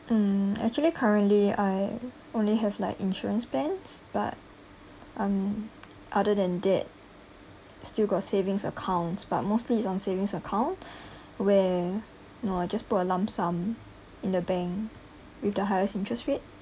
um actually currently I only have like insurance plans but um other than that still got savings accounts but mostly it's on savings account where you know I just put a lump sum in the bank with the highest interest rate